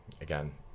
Again